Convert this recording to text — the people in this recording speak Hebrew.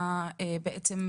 וזה מעוגן בנוהל?